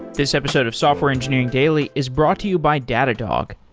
this episode of software engineering daily is brought to you by datadog,